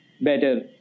better